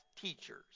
teachers